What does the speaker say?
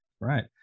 Right